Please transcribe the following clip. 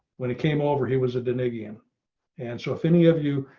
when it came over, he was a dinnigan and so if any of you.